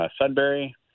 Sudbury